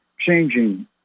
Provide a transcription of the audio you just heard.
changing